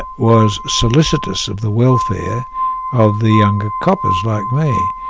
was solicitous of the welfare of the younger coppers, like me,